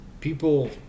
People